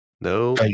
No